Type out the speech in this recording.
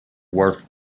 worth